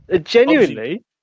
Genuinely